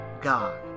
God